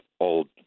old